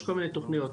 יש כל מיני תוכניות.